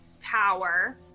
power